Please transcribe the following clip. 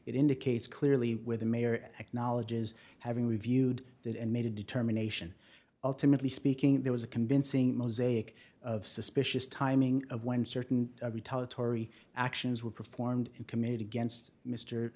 it indicates clearly where the mayor acknowledges having reviewed that and made a determination ultimately speaking there was a convincing mosaic of suspicious timing of when certain retaliatory actions were performed committed against m